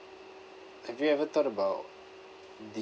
have you ever thought about the